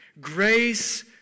Grace